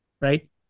right